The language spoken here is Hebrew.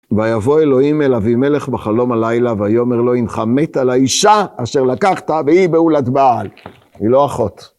ויבוא אלהים אל אבימלך בחלום הלילה, ויאמר לו הינך מת על האישה אשר לקחת והיא בעולת בעל. היא לא אחות.